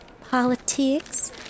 politics